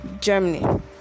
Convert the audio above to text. Germany